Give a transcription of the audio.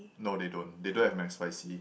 no they don't they don't have McSpicy